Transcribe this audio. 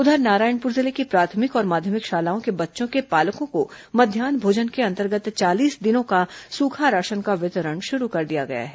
उधर नारायणपुर जिले की प्राथमिक और माध्यमिक शालाओं के बच्चों के पालकों को मध्यान्ह भोजन के अंतर्गत चालीस दिनों का सूखा राशन का वितरण शुरू कर दिया गया है